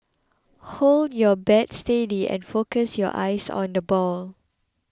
hold your bat steady and focus your eyes on the ball